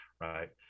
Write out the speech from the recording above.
Right